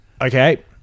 Okay